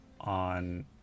on